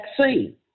vaccine